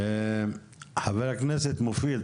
חבר הכנסת מופיד,